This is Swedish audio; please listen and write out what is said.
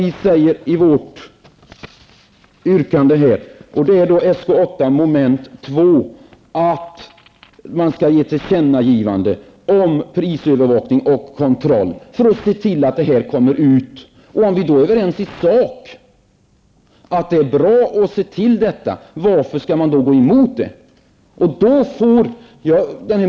Vi säger i vårt yrkande under mom. 8 att man skall ge ett tillkännagivande till regeringen om prisövervakning och kontroll för att se till att det här kommer ut. Om vi är överens i sak att det är bra att se till detta, varför skall ni då gå emot förslaget?